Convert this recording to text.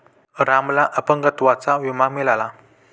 रामला अपंगत्वाचा विमा मिळाला